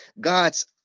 God's